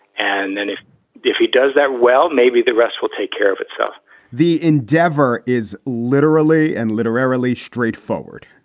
and then if if he does that well, maybe the rest will take care of itself the endeavor is literally and literally straightforward,